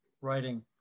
writing